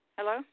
Hello